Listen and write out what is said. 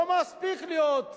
לא מספיק להיות עובד,